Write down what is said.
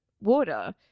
water